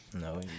No